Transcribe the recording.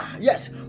yes